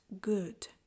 good